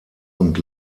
und